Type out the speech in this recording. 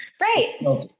Right